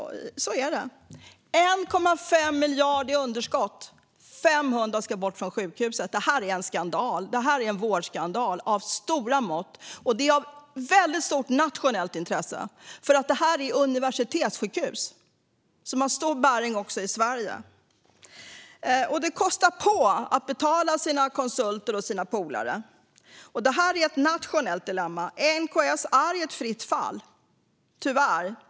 Det är 1,5 miljarder i underskott, och 500 anställda ska bort från sjukhuset. Det här är en skandal, en vårdskandal av stora mått. Detta är av stort nationellt intresse, för det här är ett universitetssjukhus som har stor bäring på hela Sverige. Det kostar på att betala sina konsulter och sina polare. Detta är ett nationellt dilemma. NKS är tyvärr i fritt fall.